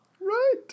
Right